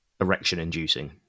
erection-inducing